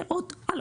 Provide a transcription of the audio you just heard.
זה עוד על